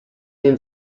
been